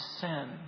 sin